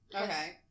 Okay